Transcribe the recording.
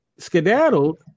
skedaddled